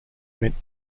meant